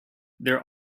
their